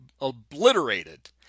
obliterated